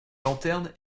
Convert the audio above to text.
lanterne